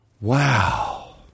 Wow